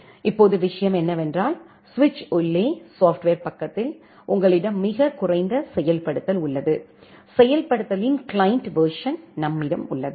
இப்போது விஷயம் என்னவென்றால் சுவிட்ச் உள்ளே சாப்ட்வர் பக்கத்தில் உங்களிடம் மிகக் குறைந்த செயல்படுத்தல் உள்ளது செயல்படுத்தலின் கிளையன்ட் வெர்சன் நம்மிடம் உள்ளது